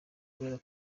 kubera